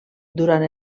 durant